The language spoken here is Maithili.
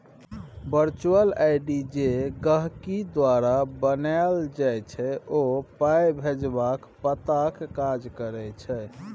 बर्चुअल आइ.डी जे गहिंकी द्वारा बनाएल जाइ छै ओ पाइ भेजबाक पताक काज करै छै